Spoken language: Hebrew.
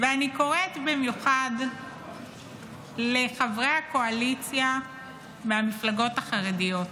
ואני קוראת במיוחד לחברי הקואליציה מהמפלגות החרדיות: